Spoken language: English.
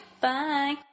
Bye